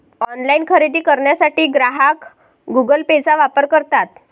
online खरेदी करण्यासाठी ग्राहक गुगल पेचा वापर करतात